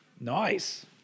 Nice